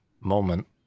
moment